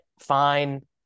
fine